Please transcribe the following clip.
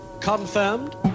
Confirmed